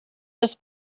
das